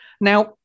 Now